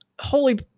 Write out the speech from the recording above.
holy